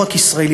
לא רק ישראלי,